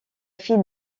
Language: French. fille